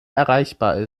erreichbar